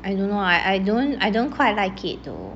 I don't know ah I don't I don't quite like it though